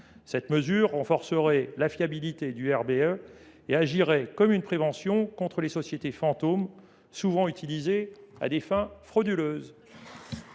Cette mesure renforcerait la fiabilité du RBE et agirait de manière préventive contre les sociétés fantômes, souvent utilisées à des fins frauduleuses.